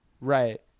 Right